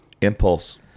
Impulse